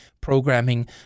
programming